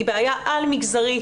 זאת בעיה על-מגזרית,